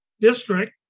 district